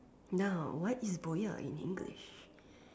now what is booyah in English